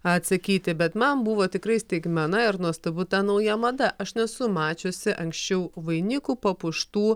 atsakyti bet man buvo tikrai staigmena ir nuostabu ta nauja mada aš nesu mačiusi anksčiau vainikų papuoštų